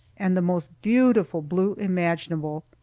and the most beautiful blue imaginable.